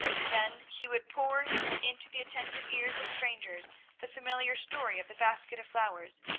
then he would pour into the attentive ears of strangers the familiar story of the basket of flowers,